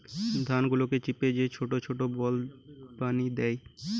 ধান গুলাকে চিপে যে ছোট ছোট বল বানি দ্যায়